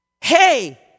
hey